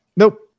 Nope